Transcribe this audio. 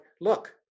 look